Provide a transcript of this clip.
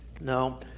No